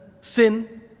sin